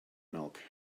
milk